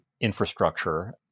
infrastructure